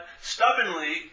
stubbornly